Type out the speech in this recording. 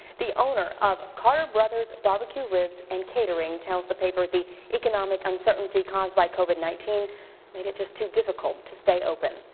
the owner of carter brothers barbecue ribs and catering tells the paper the economic uncertainty caused by covid nineteen made it just too difficult to stay open.